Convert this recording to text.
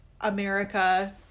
America